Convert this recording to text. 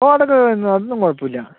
ഓ അതൊക്കെ കേ അതൊന്നും കുഴപ്പമില്ല